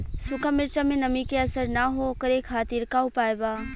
सूखा मिर्चा में नमी के असर न हो ओकरे खातीर का उपाय बा?